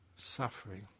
suffering